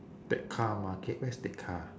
tekka market where's tekka